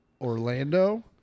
Orlando